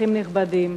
אורחים נכבדים,